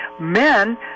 Men